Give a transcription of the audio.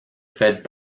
fed